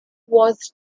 was